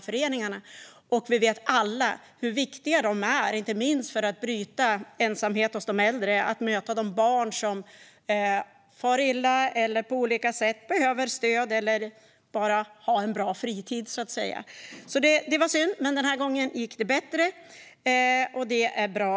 Vi vet alla hur viktiga dessa föreningar är för att bryta ensamhet hos äldre och möta barn som far illa, på olika sätt behöver stöd eller bara behöver ha en bra fritid. Det var synd att det inte blev så, men denna gång gick det bättre, vilket är bra.